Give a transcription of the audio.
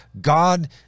God